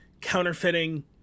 counterfeiting